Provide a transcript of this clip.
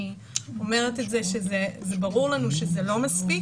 אני אומרת שזה ברור לנו שזה לא מספיק,